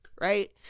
right